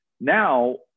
Now